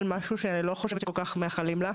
משהו שאני לא כל-כך חושבת שמאחלים לה.